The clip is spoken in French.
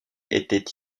était